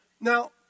Now